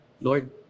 Lord